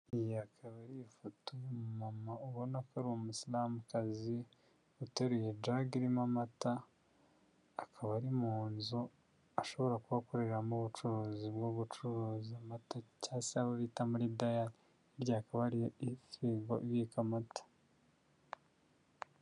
Iyi ikaba ari ifoto umumama ubona ko ari umusilamukazi uteruye jage irimo amata akaba ari mu nzu ashobora kuba akoreramo ubucuruzi bwo gucuruza amata cyangwa se ahobita muri diyari ryakabaye ari firigo ibika amata.